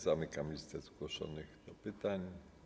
Zamyka listę zgłoszonych do pytań.